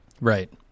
Right